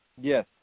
Yes